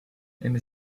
enne